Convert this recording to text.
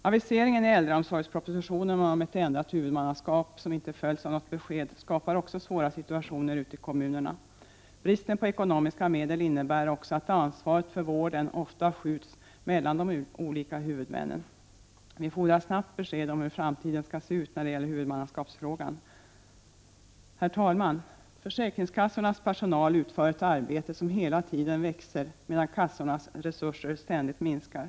Aviseringen i äldreomsorgspropositionen om ett ändrat huvudmannaskap, som inte följts av något besked, skapar också svåra situationer ute i kommunerna. Bristen på ekonomiska medel innebär också att ansvaret för vården ofta skjuts mellan de olika huvudmännen. Vi fordrar snabbt besked om hur framtiden skall se ut när det gäller huvudmannaskapsfrågan. Herr talman! Försäkringskassornas personal utför ett arbete som hela tiden växer, medan kassornas resurser ständigt minskar.